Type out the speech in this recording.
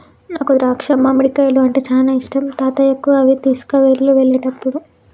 నాకు ద్రాక్షాలు మామిడికాయలు అంటే చానా ఇష్టం తాతయ్యకు అవి తీసుకువెళ్ళు వెళ్ళేటప్పుడు